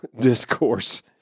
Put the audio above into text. discourse